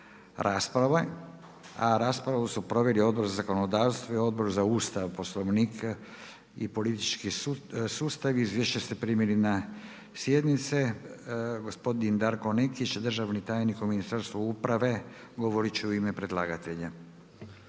rasprave. A raspravu su proveli Odbor za zakonodavstvo i Odbor za Ustav i Poslovnik i politički sustav. Izvješće ste primili na sjednice. Gospodin Darko Nekić, državni tajnik u Ministarstvu uprave, govoriti će u ime predlagatelja.